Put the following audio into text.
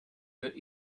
that